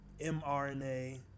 mRNA